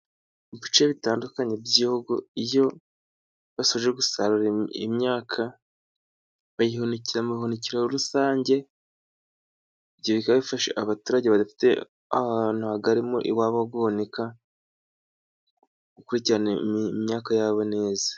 Mu bice bitandukanye by'igihugu, iyo basoje gusarura imyaka, bayihunikira mumahunikero rusange, ibyo bikaba bifasha abaturage badafite ahantu hagarimo iwabo guhunika, gukurikirana imyaka yabo neza.